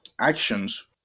actions